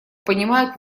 понимают